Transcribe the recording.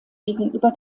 gegenüber